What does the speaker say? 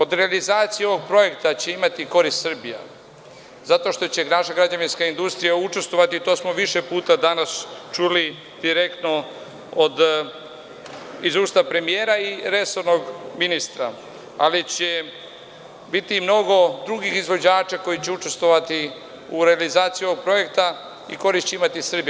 Od realizacije ovog projekta će imati korist Srbija, zato što će naša građevinska industrija učestvovati i to smo više puta danas čuli direktno iz usta premijera i resornog ministra, ali će biti mnogo drugih izvođača koji će učestvovati u realizaciji ovog projekta i korist će imati Srbija.